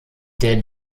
der